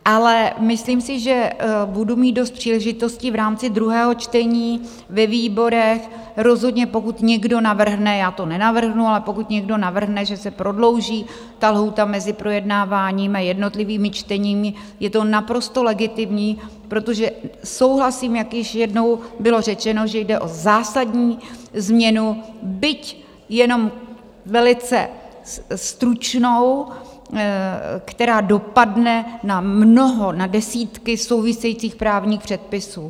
Ale myslím si, že budu mít dost příležitostí v rámci druhého čtení, ve výborech rozhodně, pokud někdo navrhne já to nenavrhnu, ale pokud někdo navrhne že se prodlouží lhůta mezi projednáváním a jednotlivými čteními, je to naprosto legitimní, protože souhlasím, jak již jednou bylo řečeno, že jde o zásadní změnu, byť jenom velice stručnou, která dopadne na mnoho, na desítky souvisejících právních předpisů.